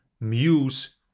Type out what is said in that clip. muse